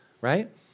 right